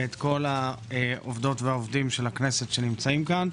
ואת כל העובדות והעובדים של הכנסת שנמצאים כאן.